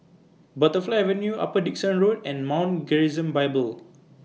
Butterfly Avenue Upper Dickson Road and Mount Gerizim Bible